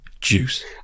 Juice